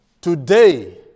Today